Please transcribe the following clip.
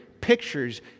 pictures